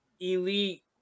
elite